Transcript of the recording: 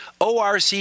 ORC